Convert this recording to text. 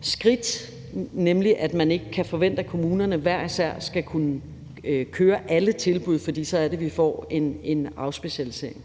skridt, nemlig at man ikke skal forvente, at alle kommuner hver især skal kunne køre alle tilbud, for så er det, vi får en en afspecialisering.